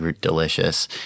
delicious